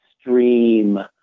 stream